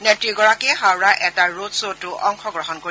নেত্ৰীগৰাকীয়ে হাওৰাৰ এটা ৰড খ্বতো অংশগ্ৰহণ কৰিব